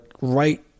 right